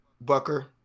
Bucker